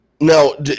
Now